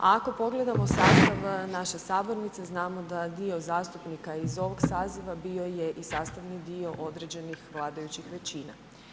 Ako pogledamo sastav naše sabornice, znamo da dio zastupnika iz ovog saziva bio je i sastavni dio određenih vladajućih većina.